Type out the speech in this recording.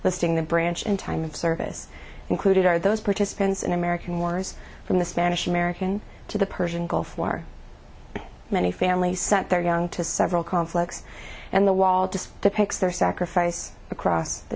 listing the branch and time of service included are those participants in american wars from the spanish american to the persian gulf war many families sent their young to several conflicts and the wall just depicts their sacrifice across the